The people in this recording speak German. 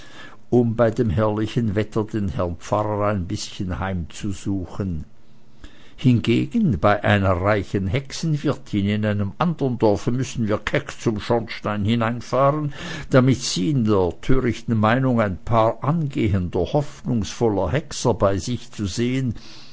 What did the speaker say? um bei dem herrlichen wetter den herrn pfarrer ein bißchen heimzusuchen hingegen bei einer reichen hexenwirtin in einem andern dorfe müßten wir keck zum schornstein hineinfahren damit sie in der törichten meinung ein paar angehender hoffnungsvoller hexer bei sich zu sehen